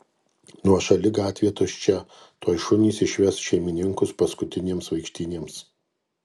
nuošali gatvė tuščia tuoj šunys išves šeimininkus paskutinėms vaikštynėms